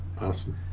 awesome